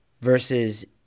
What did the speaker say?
versus